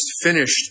finished